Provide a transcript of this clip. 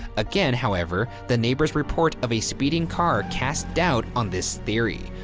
again, however, the neighbor's report of a speeding car cast doubt on this theory.